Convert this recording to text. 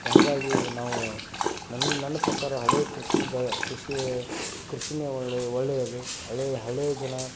ಹಂಗಾಗಿ ನಾವು ನನ್ನ ನನ್ನ ಪ್ರಕಾರ ಹಳೆಯ ಕೃಷಿ ಬ ಕೃಷಿಯೇ ಕೃಷಿಯೇ ಒಳ್ಳೆಯ ಒಳ್ಳೆಯದು ಹಳೆಯ ಹಳೆಯ ಜನ